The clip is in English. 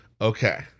Okay